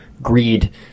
Greed